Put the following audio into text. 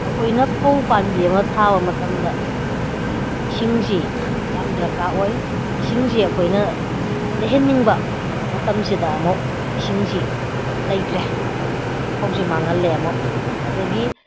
ꯑꯩꯈꯣꯏꯅ ꯐꯧ ꯄꯥꯝꯕꯤ ꯑꯃ ꯊꯥꯕ ꯃꯇꯝꯗ ꯍꯥꯏꯗꯤ ꯏꯁꯤꯡꯁꯤ ꯌꯥꯝ ꯗꯔꯀꯥꯔ ꯑꯣꯏ ꯏꯁꯤꯡꯁꯤ ꯑꯩꯈꯣꯏꯅ ꯂꯩꯍꯟꯅꯤꯡꯕ ꯃꯇꯝꯁꯤꯗ ꯑꯃꯨꯛ ꯏꯁꯤꯡꯁꯤ ꯂꯩꯇ꯭ꯔꯦ ꯐꯧꯁꯤ ꯃꯥꯡꯍꯜꯂꯦ ꯑꯃꯨꯛ ꯑꯗꯒꯤ